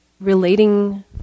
relating